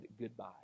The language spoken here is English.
goodbye